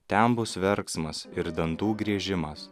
ten bus verksmas ir dantų griežimas